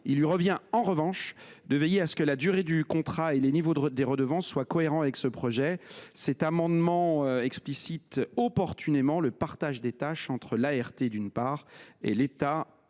l’Autorité, en revanche, de veiller à ce que la durée du contrat et le niveau des redevances soient cohérents avec le projet. Cet amendement explicite opportunément le partage des tâches entre l’ART, d’une part, et l’État